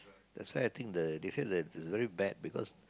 that's why I think the they said that it's very bad because